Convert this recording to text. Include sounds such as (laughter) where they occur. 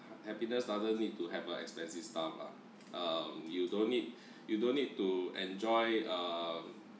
happiness doesn't need to have a expensive stuff lah uh you don't need (breath) you don't need to enjoy uh